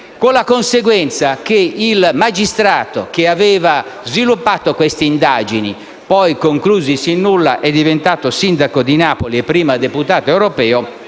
guardasigilli. Il magistrato che aveva sviluppato queste indagini, poi conclusesi con il nulla, è diventato sindaco di Napoli e prima deputato europeo